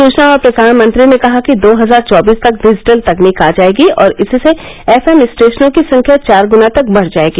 सुचना और प्रसारण मंत्री ने कहा कि दो हजार चौबीस तक डिजिटल तकनीक आ जाएगी और इससे एफएम स्टेशनों की संख्या चार गुना तक बढ़ जाएगी